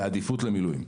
בעדיפות למילואים.